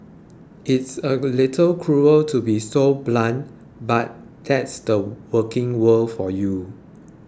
it's a little cruel to be so blunt but that's the working world for you